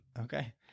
Okay